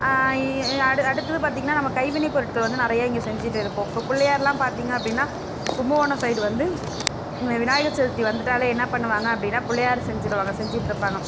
இ அடு அடுத்தது பார்த்திங்கன்னா நம்ம கைவினைப் பொருட்கள் வந்து நிறைய இங்கே செஞ்சுட்டு இருப்போம் இப்போ பிள்ளையார்லாம் பார்த்திங்க அப்படின்னா கும்பகோணம் சைடு வந்து விநாயகர் சதுர்த்தி வந்துவிட்டாலே என்ன பண்ணுவாங்க அப்படின்னா பிள்ளையார் செஞ்சுடுவாங்க செஞ்சுட்டுருப்பாங்க